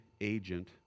agent